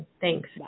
Thanks